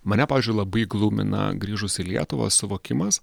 mane pavyzdžiui labai glumina grįžus į lietuvą suvokimas